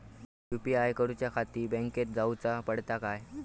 UPI करूच्याखाती बँकेत जाऊचा पडता काय?